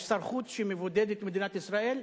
יש שר חוץ שמבודד את מדינת ישראל,